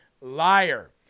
liar